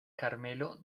carmelo